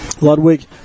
Ludwig